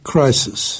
Crisis